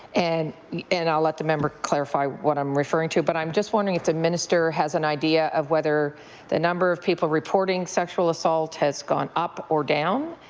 and and i'll let the member clarify what i'm referring to. but i'm just wondering if the minister has an idea of whether the number of people reporting sexual assault has gone up or down?